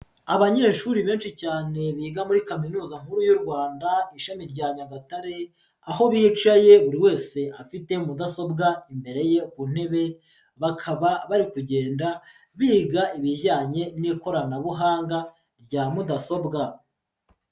Abanyeshuri benshi cyane biga muri kaminuza nkuru y'u Rwanda ishami rya Nyagatare, aho bicaye buri wese afite mudasobwa imbere ye ku ntebe, bakaba bari kugenda biga ibijyanye n'ikoranabuhanga rya mudasobwa.